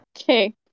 Okay